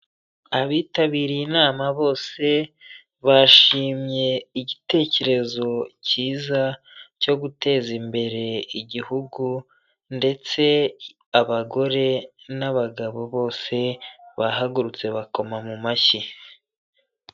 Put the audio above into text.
Abitabiriye inama bose bashimye igitekerezo cyiza cyo guteza imbere igihugu ndetse abagore n'abagabo bose bahagurutse bakoma mu mashyi.